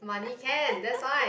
money can that's why